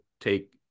take